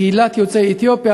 קהילת יוצאי אתיופיה,